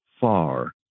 far